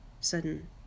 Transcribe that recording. sudden